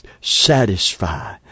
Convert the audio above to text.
satisfy